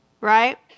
right